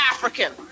African